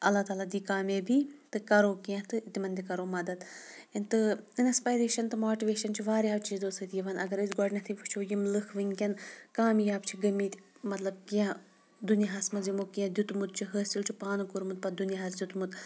اللہ تعلٰی دی کامیٲبی تہٕ کَرو کینٛہہ تہٕ تِمَن تہِ کَرو مَدد تہٕ اِنَسپایریشَن تہٕ ماٹِویشَن چھِ واریاہَو چیٖزو سۭتۍ یِوان اگر أسۍ گۄڈٕنٮ۪تھٕے وٕچھُو یِم لُکھ وٕنکٮ۪ن کامیاب چھِ گٔمٕتۍ مطلب کینٛہہ دُنیاہَس منٛز یِمو کینٛہہ دیُٚتمُت چھُ حٲصِل چھُ پانہٕ کوٚرمُت پَتہٕ دُنیاہَس دیُٚتمُت